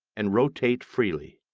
and rotate freely.